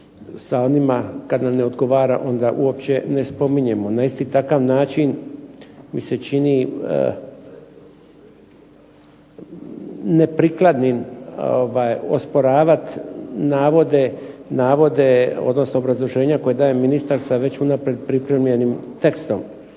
sa onima kad nam ne odgovara onda uopće ne spominjemo. Na isti takav način mi se čini neprikladnim osporavat navode odnosno obrazloženja koja daje ministar sa već unaprijed pripremljenim tekstom,